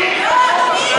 לא, אדוני.